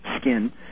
skin